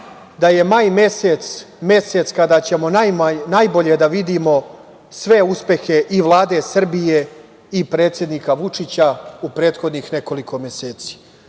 da je maj mesec mesec kada ćemo najbolje da vidimo sve uspehe i Vlade Srbije i predsednika Vučića u prethodnih nekoliko meseci.